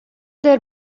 der